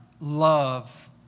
love